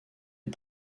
les